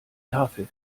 tafel